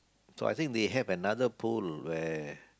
so I think they have another poll where